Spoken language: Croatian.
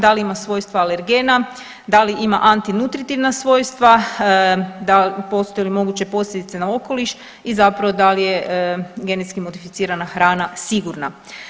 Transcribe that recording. Da li ima svojstva alergena, da li ima antinutritivna svojstva, postoje li moguće posljedice na okoliš i zapravo da li je genetski modificirana hrana sigurna.